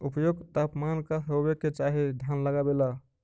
उपयुक्त तापमान का होबे के चाही धान लगावे ला?